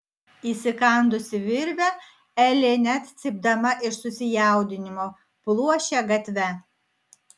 įsikandusi virvę elė net cypdama iš susijaudinimo pluošė gatve